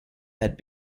had